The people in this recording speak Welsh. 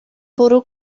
bwrw